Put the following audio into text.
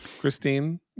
Christine